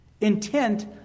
intent